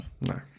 No